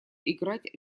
играть